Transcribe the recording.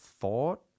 thought